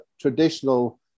traditional